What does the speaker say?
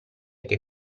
che